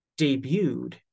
debuted